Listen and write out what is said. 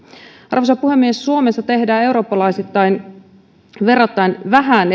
arvoisa puhemies suomessa tehdään edelleenkin eurooppalaisittain verrattain vähän